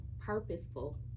purposeful